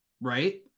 right